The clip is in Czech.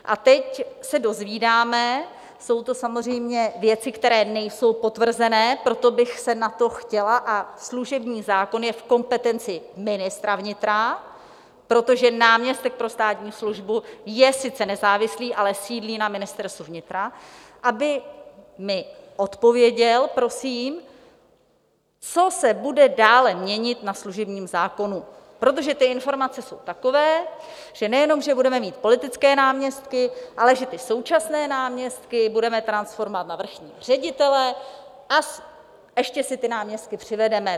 A teď se dozvídáme jsou to samozřejmě věci, které nejsou potvrzené, proto bych se na to chtěla... a služební zákon je v kompetenci ministra vnitra, protože náměstek pro státní službu je sice nezávislý, ale sídlí na Ministerstvu vnitra, aby mi odpověděl, prosím co se bude dále měnit na služebním zákonu, protože ty informace jsou takové, že nejenom že budeme mít politické náměstky, ale že ty současné náměstky budeme transformovat na vrchní ředitele a ještě si ty náměstky přivedeme.